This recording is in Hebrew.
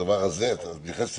אתם רואים, זה